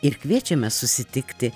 ir kviečiame susitikti